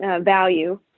value